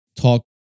talk